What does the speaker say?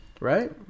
Right